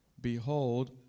Behold